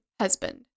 husband